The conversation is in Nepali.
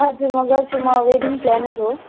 हजुर म गर्छु म वेडिङ प्लानर हो